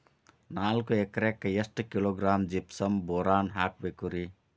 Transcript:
ನಾಲ್ಕು ಎಕರೆಕ್ಕ ಎಷ್ಟು ಕಿಲೋಗ್ರಾಂ ಜಿಪ್ಸಮ್ ಬೋರಾನ್ ಹಾಕಬೇಕು ರಿ?